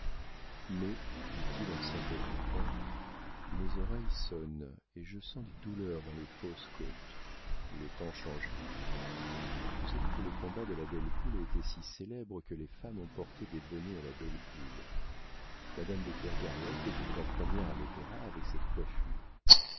mais dit-il en s'interrompant mes oreilles sonnent et je sens des douleurs dans les fausses côtes le temps changera vous savez que le combat de la belle poule a été si célèbre que les femmes ont porté des bonnets à la belle poule madame de kergarouët est venue la première à l'opéra avec cette coiffure